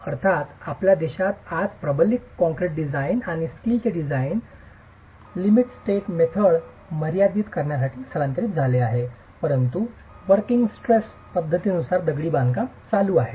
अर्थात आपल्या देशात आज प्रबलित काँक्रीट डिझाइन आणि स्टीलचे डिझाइन लिमिट स्टेट डिसाईन मर्यादित करण्यासाठी स्थलांतरित झाले आहे परंतु वोर्किंग स्ट्रेस पद्धतीनुसार दगडी बांधकाम चालू आहे